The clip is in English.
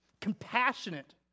compassionate